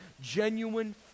genuine